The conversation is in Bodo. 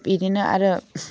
बिदिनो आरो